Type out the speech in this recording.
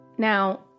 Now